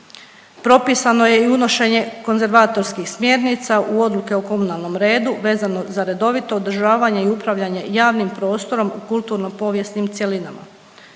Propisano je i unošenje konzervatorskih smjernica u odluke o komunalnom redu, vezano za redovito održavanje i upravljanje javnim prostorom u kulturno-povijesnim cjelinama.